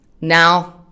now